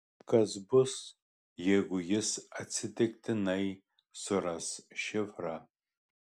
kas bus jeigu jis atsitiktinai suras šifrą